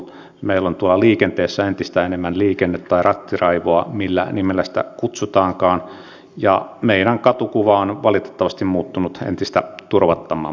meillä on liikenteessä entistä enemmän liikenne tai rattiraivoa millä nimellä sitä kutsutaankaan ja meidän katukuvamme on valitettavasti muuttunut entistä turvattomammaksi